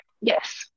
Yes